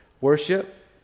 Worship